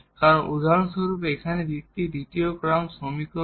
কারণ উদাহরণস্বরূপ এখানে এটি দ্বিতীয় ক্রম সমীকরণ হবে